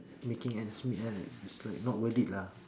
making ends meet right it's like not worth it lah